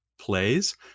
plays